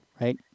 right